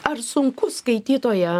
ar sunku skaitytoją